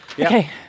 Okay